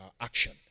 action